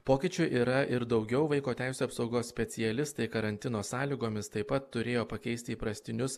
pokyčių yra ir daugiau vaiko teisių apsaugos specialistai karantino sąlygomis taip pat turėjo pakeisti įprastinius